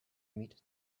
meet